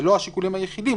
זה לא השיקולים היחידים,